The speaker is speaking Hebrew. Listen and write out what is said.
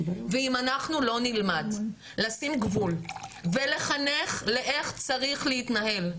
ואם אנחנו לא נלמד לשים גבול ולחנך לאיך צריך להתנהל,